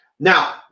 Now